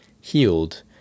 healed